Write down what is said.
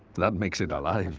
that makes it alive,